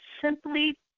simply